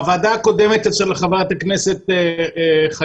בוועדה הקודמת אצל חברת הכנסת מיקי